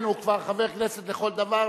הוא כבר חבר כנסת לכל דבר.